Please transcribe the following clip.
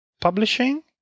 publishing